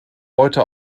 heute